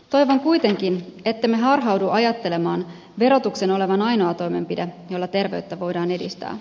toivon kuitenkin ettemme harhaudu ajattelemaan verotuksen olevan ainoa toimenpide jolla terveyttä voidaan edistää